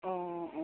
অঁ অঁ